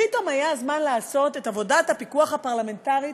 פתאום היה זמן לעשות את עבודת הפיקוח הפרלמנטרית,